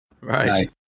Right